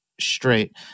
straight